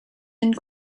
and